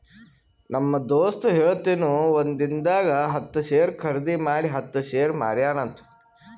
ನಮ್ ದೋಸ್ತ ಹೇಳತಿನು ಒಂದಿಂದಾಗ ಹತ್ತ್ ಶೇರ್ ಖರ್ದಿ ಮಾಡಿ ಹತ್ತ್ ಶೇರ್ ಮಾರ್ಯಾನ ಅಂತ್